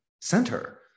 center